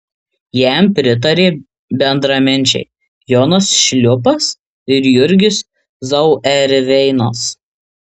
jam pritarė bendraminčiai jonas šliūpas ir jurgis zauerveinas